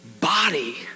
body